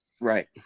right